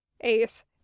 Ace